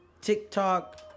TikTok